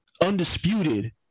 undisputed